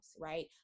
right